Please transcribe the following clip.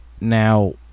Now